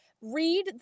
Read